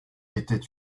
était